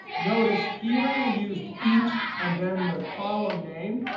notice here we used each and then the column name.